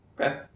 Okay